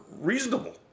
reasonable